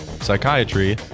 psychiatry